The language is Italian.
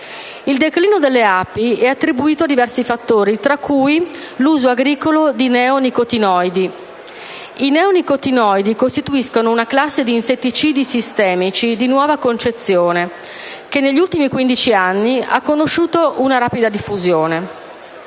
Il declino delle api è attribuito a diversi fattori, tra cui l'uso agricolo di neonicotinoidi, che costituiscono una classe di insetticidi sistemici di nuova concezione che negli ultimi 15 anni ha conosciuto una rapida diffusione.